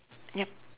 yup